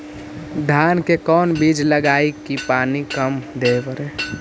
धान के कोन बिज लगईऐ कि पानी कम देवे पड़े?